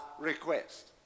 request